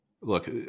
look